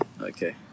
okay